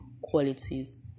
qualities